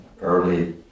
early